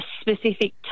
specific